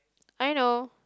I know